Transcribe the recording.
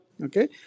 Okay